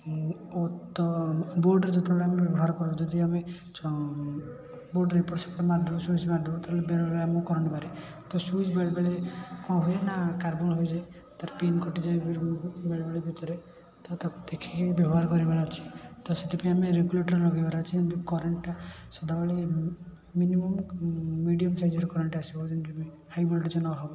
ମୁଁ ଅ ତ ବୋର୍ଡ଼୍ର ଯେତେବେଳେ ଆମେ ବ୍ୟବହାର କରୁ ଯଦି ଆମେ ଚ ବୋର୍ଡ଼ରେ ଏପଟେ ସେପଟେ ମାରି ଦେଉ ସୁଇଜ ମାରିଦେଉ ତାହେଲେ ବେଳେବେଳେ ଆମକୁ କରେଣ୍ଟ୍ ମାରେ ତ ସୁଇଜ ବେଳେବେଳେ କଟଣ ହୁଏ ନା କାର୍ବନ ହୋଇଯାଏ ତାର ପିନ୍ କଟିଯାଏ ବେଳେବେଳେ ଭିତରେ ତ ତାକୁ ଦେଖିକି ବ୍ୟବହାର କରିବାର ଅଛି ତ ସେଥିପାଇଁ ଆମ ରେଗୁଲେଟର୍ ଲଗେଇବାର ଅଛି ଯେମିତି କରେଣ୍ଟ୍ଟା ସଦାବେଳେ ମିନିମମ୍ ମିଡ଼ିଅମ୍ ସାଇଜର କରେଣ୍ଟ୍ ଆସିବ ଯେମିତି ହାଇ ଭୋଲ୍ଟେଜ୍ ନହେବ